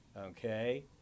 okay